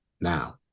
now